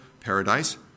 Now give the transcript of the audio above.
paradise